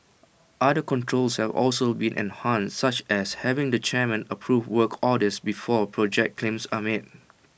other controls have also been enhanced such as having the chairman approve works orders before project claims are made